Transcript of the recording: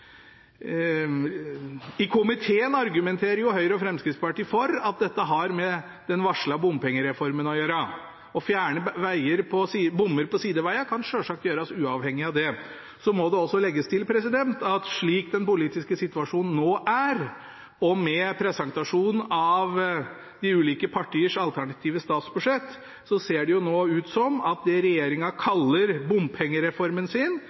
I komiteen argumenterer Høyre og Fremskrittspartiet for at dette har med den varslede bompengereformen å gjøre. Å fjerne bommer på sidevegene kan selvsagt gjøres uavhengig av det. Så må det også legges til at slik som den politiske situasjonen nå er, og med presentasjonen av de ulike partiers alternative statsbudsjett, ser det regjeringen kaller bompengereformen sin, ut